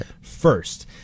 first